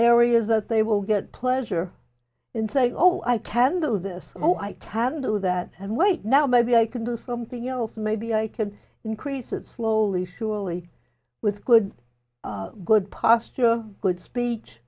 areas that they will get pleasure in saying oh i can do this oh i can do that and wait now maybe i can do something else maybe i can increases slowly surely with good good posture good speech